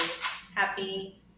happy